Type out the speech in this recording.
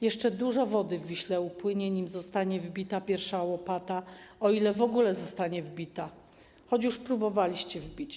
Jeszcze dużo wody w Wiśle upłynie, nim zostanie wbita pierwsza łopata, o ile w ogóle zostanie wbita, choć już próbowaliście wbić.